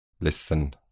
listen